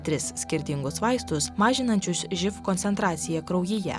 tris skirtingus vaistus mažinančius živ koncentraciją kraujyje